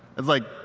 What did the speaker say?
it's like,